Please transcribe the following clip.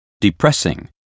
depressing